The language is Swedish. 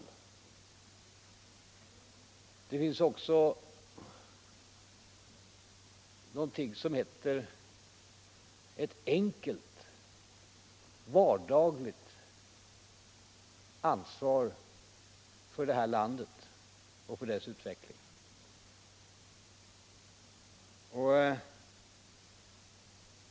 Men det finns också något som heter ett enkelt vardagligt ansvar för vårt land och för dess utveckling.